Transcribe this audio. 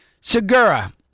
Segura